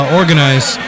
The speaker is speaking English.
organize